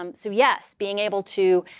um so, yes, being able to